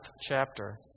chapter